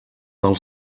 del